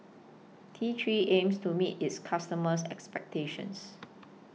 T three aims to meet its customers' expectations